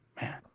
Man